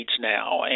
now